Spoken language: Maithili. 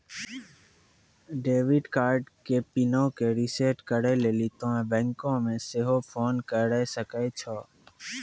डेबिट कार्डो के पिनो के रिसेट करै लेली तोंय बैंको मे सेहो फोन करे सकै छो